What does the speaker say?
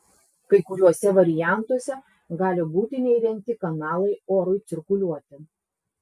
kai kuriuose variantuose gali būti neįrengti kanalai orui cirkuliuoti